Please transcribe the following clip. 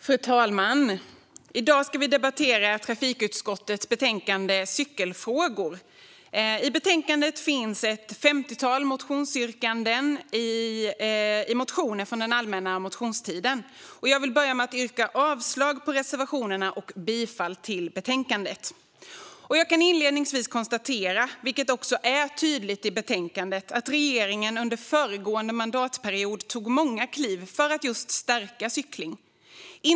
Fru talman! I dag debatterar vi trafikutskottets betänkande Cykelfrågor . I betänkandet finns ett femtiotal motionsyrkanden från motioner från allmänna motionstiden. Jag vill börja med att yrka avslag på reservationerna och bifall till förslaget i betänkandet. Jag kan inledningsvis konstatera, vilket också är tydligt i betänkandet, att regeringen under föregående mandatperiod tog många kliv för att stärka cykling.